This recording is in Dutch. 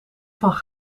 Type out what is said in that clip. van